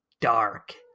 dark